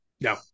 No